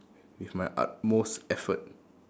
with my utmost effort